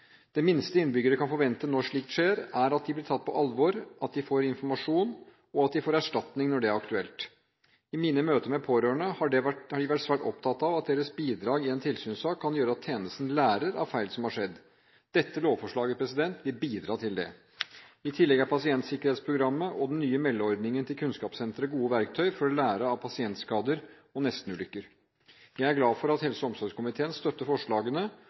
Det minste innbyggere kan forvente når slikt skjer, er at de blir tatt på alvor, at de får informasjon, og at de får erstatning når det er aktuelt. I mine møter med pårørende har de vært svært opptatt av at deres bidrag i en tilsynssak kan gjøre at tjenesten lærer av feil som har skjedd. Dette lovforslaget vil bidra til det. I tillegg er pasientsikkerhetsprogrammet og den nye meldeordningen til Kunnskapssenteret gode verktøy for å lære av pasientskader og nesten-ulykker. Jeg er glad for at helse- og omsorgskomiteen støtter forslagene.